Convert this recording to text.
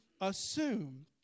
assume